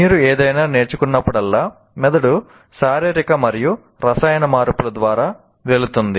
మీరు ఏదైనా నేర్చుకున్నప్పుడల్లా మెదడు శారీరక మరియు రసాయన మార్పుల ద్వారా వెళుతుంది